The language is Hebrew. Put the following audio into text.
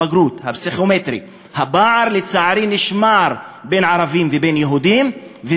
הבגרות והפסיכומטרי שהפער בין ערבים לבין יהודים נשמר,